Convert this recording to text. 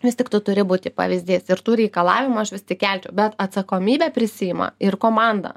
vis tik tu turi būti pavyzdys ir tų reikalavimų aš vis tik kelčiau bet atsakomybę prisiima ir komanda